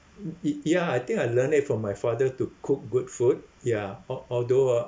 uh y~ ya I think I learned it from my father to cook good food ya al~ although uh